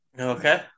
Okay